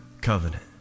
covenant